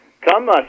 Come